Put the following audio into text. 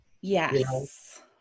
Yes